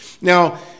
now